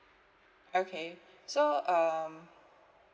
okay so um